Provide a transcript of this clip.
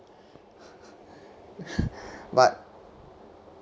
but